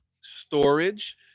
storage